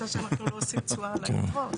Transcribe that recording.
אמרת שאנחנו לא עושים תשואה על היתרות.